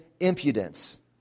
impudence